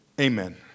Amen